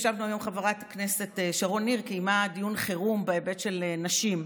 חברת הכנסת שרון ניר קיימה דיון חירום בהיבט של נשים,